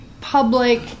public